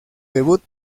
debut